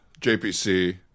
JPC